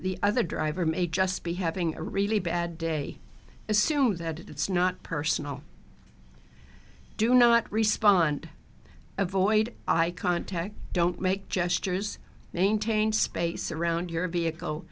the other driver may just be having a really bad day assume that it's not personal do not respond avoid eye contact don't make gestures maintain space around your vehicle